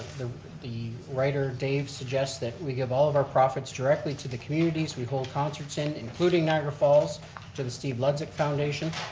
the the writer, dave suggests that we give all of our profits directly to the communities we hold concerts in including niagara falls to the steve ludzik foundation.